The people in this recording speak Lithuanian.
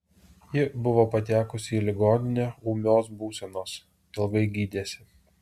ji buvo patekusi į ligoninę ūmios būsenos ilgai gydėsi